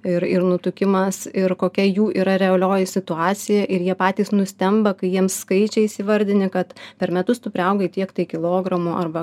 ir ir nutukimas ir kokia jų yra realioji situacija ir jie patys nustemba kai jiems skaičiais įvardini kad per metus tu priaugai tiek kilogramų arba